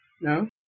No